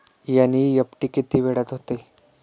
NEFT किती वेळात होते?